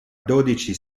dodici